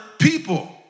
people